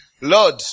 Lord